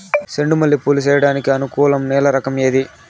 చెండు మల్లె పూలు పంట సేయడానికి అనుకూలం నేల రకం ఏది